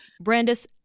Brandis